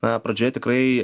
na pradžioje tikrai